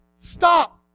Stop